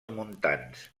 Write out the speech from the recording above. muntants